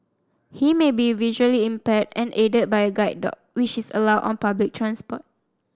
he may be visually impaired and aided by a guide dog which is allowed on public transport